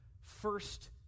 first